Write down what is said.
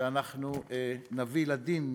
שאנחנו נביא לדין,